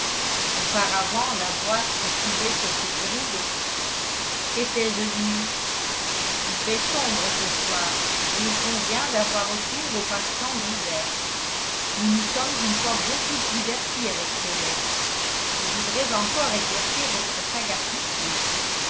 auparavant la boîte se trouvait sur ce guéridon qu'est-elle devenue il fait sombre ce soir et il convient d'avoir recours aux passe-temps d'hiver nous nous sommes une fois beaucoup divertis avec ces lettres je voudrais encore exercer votre sagacité